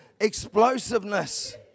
explosiveness